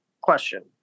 question